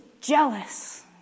jealous